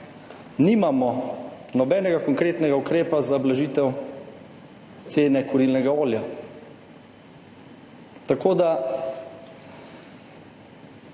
nimamo nobenega konkretnega ukrepa za blažitev cene kurilnega olja. Tako da